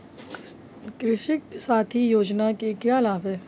कृषक साथी योजना के क्या लाभ हैं?